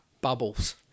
bubbles